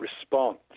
response